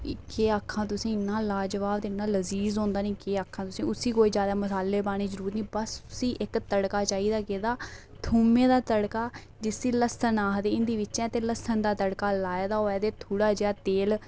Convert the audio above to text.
केह् आक्खां इन्ना लाजबाव ते लज़ीज होंदा ना कि केह् आक्खां उसी कोई जादै मसालै पाने दी जरूरत निं बस उसी इक्क तड़का चाहिदा कैह्दा थुम्में दा तड़का जिसी लस्सन आखदे हिंदी बिच बस लस्सन दा तड़का लाए दा होऐ ते थोह्ड़ा जेहा तेल